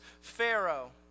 Pharaoh